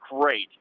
great